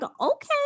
okay